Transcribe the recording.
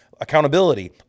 Accountability